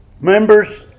Members